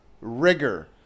rigor